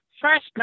First